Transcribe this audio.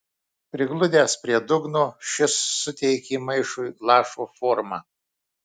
prigludęs prie dugno šis suteikė maišui lašo formą